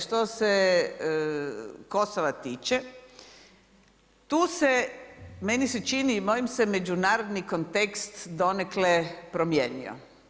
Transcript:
Što se Kosova tiče, tu se meni se čini i moj se međunarodni kontekst donekle promijenio.